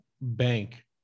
bank